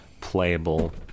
playable